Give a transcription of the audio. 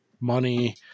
money